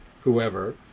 whoever